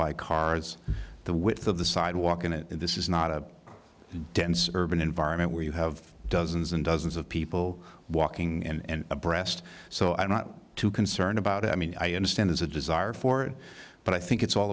by cars the width of the sidewalk and this is not a dense urban environment where you have dozens and dozens of people walking and abreast so i'm not too concerned about it i mean i understand there's a desire for it but i think it's all